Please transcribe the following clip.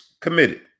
Committed